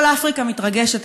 כל אפריקה מתרגשת,